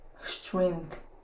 strength